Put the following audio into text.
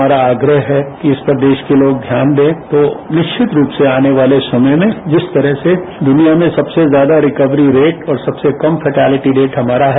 हमारा आग्रह है कि इस पर देश के लोग ध्यान दें तो निश्चित रूप से आने वाले समय में इस तरह से दुनिया में सबसे ज्यादा रिकवरी रेट और सबसे कम फरटेलिटी रेट हमारा है